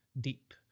deep